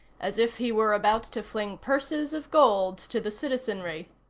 as if he were about to fling purses of gold to the citizenry.